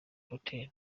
hotel